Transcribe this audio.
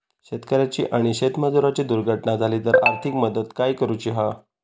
शेतकऱ्याची आणि शेतमजुराची दुर्घटना झाली तर आर्थिक मदत काय करूची हा?